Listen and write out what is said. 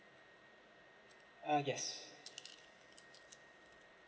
uh yes